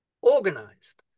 organized